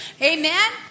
amen